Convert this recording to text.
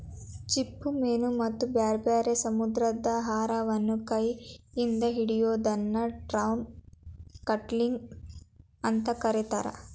ಚಿಪ್ಪುಮೇನ ಮತ್ತ ಬ್ಯಾರ್ಬ್ಯಾರೇ ಸಮುದ್ರಾಹಾರವನ್ನ ಕೈ ಇಂದ ಹಿಡಿಯೋದನ್ನ ಟ್ರೌಟ್ ಟಕ್ಲಿಂಗ್ ಅಂತ ಕರೇತಾರ